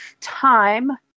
time